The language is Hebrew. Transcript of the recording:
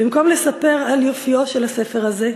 במקום לספר על יופיו של הספר הזה,